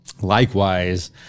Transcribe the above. Likewise